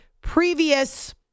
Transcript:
previous